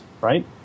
right